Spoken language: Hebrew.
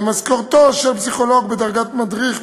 משכורתו של פסיכולוג בדרגת מדריך,